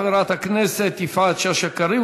חברת הכנסת יפעת שאשא ביטון,